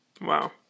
Wow